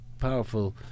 powerful